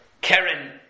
Karen